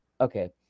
Okay